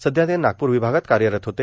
सध्या ते नागपूर विभागात कार्यरत होते